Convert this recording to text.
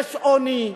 יש עוני,